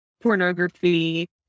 pornography